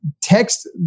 Text